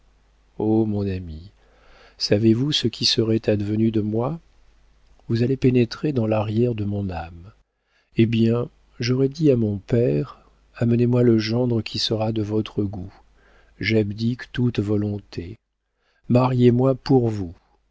mon ami savez-vous ce qui serait advenu de moi vous allez pénétrer dans l'arrière de mon âme eh bien j'aurais dit à mon père amenez-moi le gendre qui sera de votre goût j'abdique toute volonté mariez moi pour vous